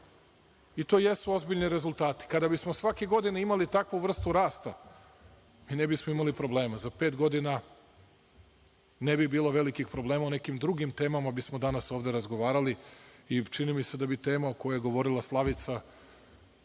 To jesu ozbiljni rezultati. Kada bismo svake godine imali takvu vrstu rasta, mi ne bismo imali problema. Za pet godina ne bi bilo velikih problema, o nekim drugim temama bismo danas ovde razgovarala i čini mi se da bi tema o kojoj je govorila Slavica